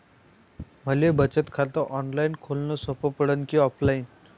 मले बचत खात ऑनलाईन खोलन सोपं पडन की ऑफलाईन?